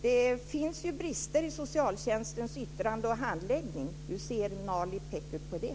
Det finns brister i socialtjänstens yttranden och handläggning av ärenden. Hur ser Nalin Pekgul på det?